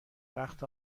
وقت